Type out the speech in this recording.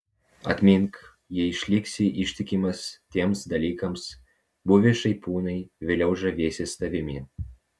atmink jei išliksi ištikimas tiems dalykams buvę šaipūnai vėliau žavėsis tavimi